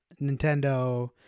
Nintendo